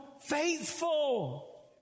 faithful